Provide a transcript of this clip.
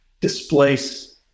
displace